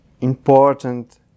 important